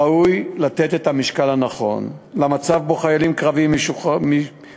ראוי לתת את המשקל הנכון למצב שבו חיילים קרביים משתחררים,